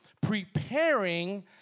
preparing